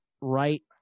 right